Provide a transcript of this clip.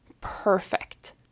perfect